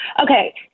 Okay